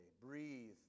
Breathe